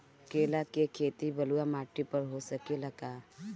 केला के खेती बलुआ माटी पर हो सकेला का?